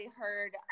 heard